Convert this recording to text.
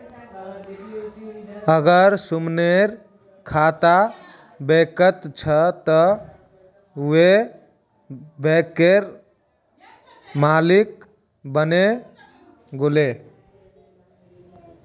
अगर सुमनेर खाता बैंकत छ त वोहों बैंकेर मालिक बने गेले